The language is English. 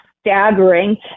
Staggering